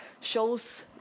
shows